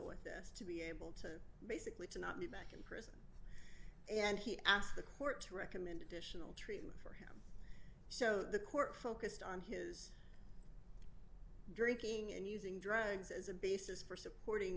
with this to be able to basically to not be back in prison and he asked the court to recommend additional treatment for him so the court focused on his drinking and using drugs as a basis for supporting